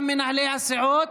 גם מנהלי הסיעות,